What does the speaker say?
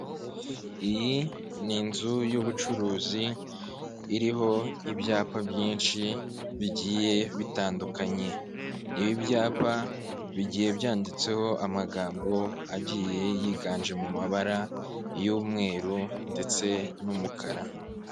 Iyi ni inzu y'ubucuruzi iriho ibyapa byinshi bigiye bitandukanye. Ibi byapa bigiye byanditseho amagambo agiye yiganje mu mabara y'umweru ndetse n'umukara.